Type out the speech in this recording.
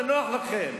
זה נוח לכם.